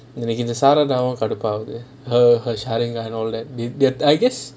இந்த:intha saradha வும் கடுப்பு ஆகுது:vum kaduppu aaguthu all that they I guess